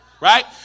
right